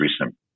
recent